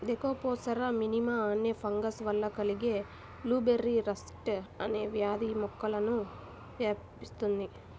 Thekopsora మినిమా అనే fungus వల్ల కలిగే బ్లూబెర్రీ రస్ట్ అనే వ్యాధి మొక్కలకు వ్యాపిస్తుంది